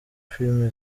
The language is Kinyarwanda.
filime